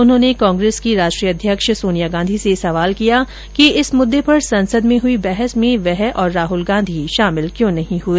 उन्होंने कांग्रेस की राष्ट्रीय अध्यक्ष सोनिया गांधी से सवाल किया कि इस मुददे पर संसद में हुई बहस में वह और राहल गांधी शामिल क्यों नहीं हुए